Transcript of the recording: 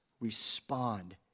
respond